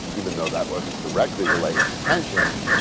even though that wasn't directly related to pensions,